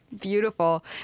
Beautiful